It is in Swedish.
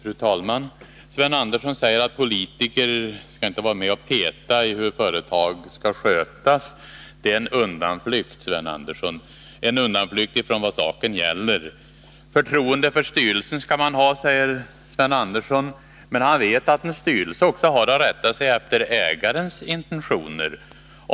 Fru talman! Sven Andersson säger att politiker inte skall vara med och peta i hur företag skall skötas. Det är en undanflykt från vad saken gäller. Förtroende för styrelsen skall man ha, säger Sven Andersson. Men han vet att styrelsen också har att rätta sig efter ägarens intentioner.